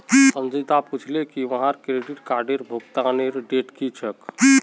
संचिता पूछले की वहार क्रेडिट कार्डेर भुगतानेर डेट की छेक